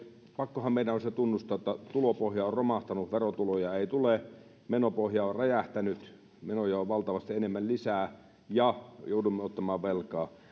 pakkohan meidän on se tunnustaa että tulopohja on romahtanut verotuloja ei tule menopohja on on räjähtänyt menoja on valtavasti enemmän lisää ja joudumme ottamaan velkaa